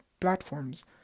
platforms